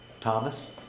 Thomas